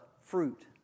fruit